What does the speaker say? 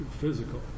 physical